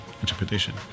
interpretation